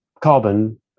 carbon